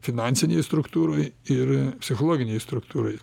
finansinėj struktūroj ir psichologinėj struktūroj